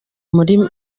muri